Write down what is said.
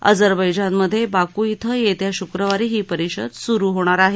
अझरबैजानमधे Baku इथं येत्या शुक्रवारी ही परिषद सुरु होणार आहे